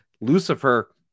lucifer